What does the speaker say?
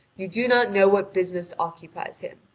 you do not know what business occupies him.